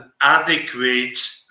adequate